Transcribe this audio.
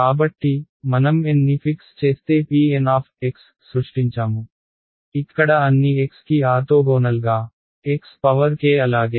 కాబట్టి మనం N ని ఫిక్స్ చేస్తే pN సృష్టించాము ఇక్కడ అన్ని x కి ఆర్తోగోనల్గాxk అలాగే